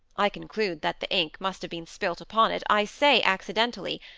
i conclude that the ink must have been spilt upon it, i say accidentally,